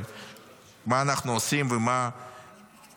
מה אנחנו עושים ומה הסיכונים.